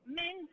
men